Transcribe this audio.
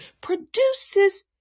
produces